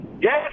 Yes